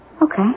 Okay